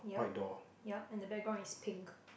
yup yup and the background is pink